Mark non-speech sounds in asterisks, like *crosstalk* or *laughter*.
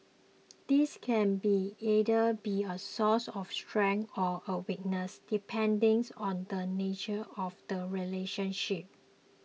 *noise* this can be either be a source of strength or a weakness depending on the nature of the relationship